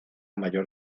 mayor